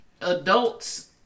adults